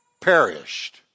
perished